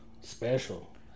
special